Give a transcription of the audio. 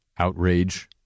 Outrage